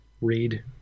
read